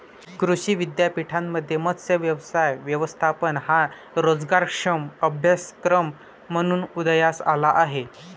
कृषी विद्यापीठांमध्ये मत्स्य व्यवसाय व्यवस्थापन हा रोजगारक्षम अभ्यासक्रम म्हणून उदयास आला आहे